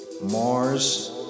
Mars